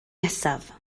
nesaf